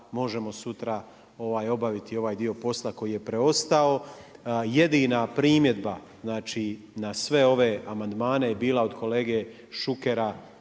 možemo sutra obaviti ovaj dio posla koji je preostao. Jedina primjedba, znači na sve ove amandmane je bila od kolege Šukera